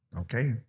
okay